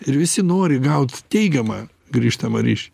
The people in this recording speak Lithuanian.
ir visi nori gaut teigiamą grįžtamą ryšį